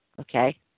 Okay